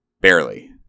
barely